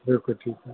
ठीकु आहे ठीकु आहे